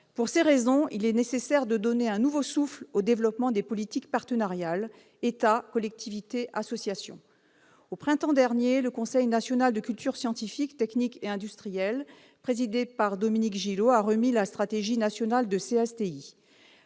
Pour ces raisons il est nécessaire de donner un nouveau souffle au développement des politiques partenariales : État, collectivités, associations. Au printemps dernier, le Conseil national de culture scientifique, technique et industrielle, présidé par Dominique Gillot, a remis la stratégie nationale de CSTI.